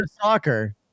soccer